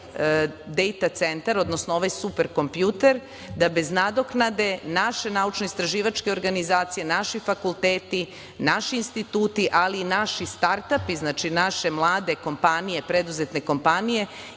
Data centar, odnosno ovaj superkompjuter, da bez nadoknade naše naučno-istraživačke organizacije, naši fakulteti, naši instituti, ali i naši startapi, znači naše mlade kompanije, preduzetne kompanije